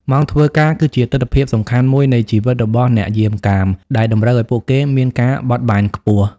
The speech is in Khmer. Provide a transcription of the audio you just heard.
ម៉ោងធ្វើការគឺជាទិដ្ឋភាពសំខាន់មួយនៃជីវិតរបស់អ្នកយាមកាម ដែលតម្រូវឲ្យពួកគេមានការបត់បែនខ្ពស់។